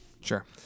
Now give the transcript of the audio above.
Sure